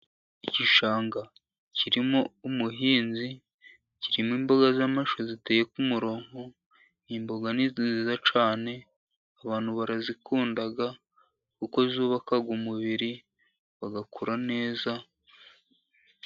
Igishanga kirimo umuhinzi, kirimo imboga z'amashu ziteye ku murongo, imboga ni nziza cyane, abantu barazikunda kuko zubaka umubiri, bagakura neza.